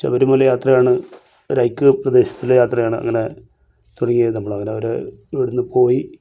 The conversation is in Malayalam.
ശബരിമല യാത്രയാണ് ഒരു ഹൈക്ക് പ്രദേശത്തിലെ യാത്രയാണ് അങ്ങനെ തുടങ്ങിയത് നമ്മൾ അങ്ങനെ അവർ ഇവിടുന്ന് പോയി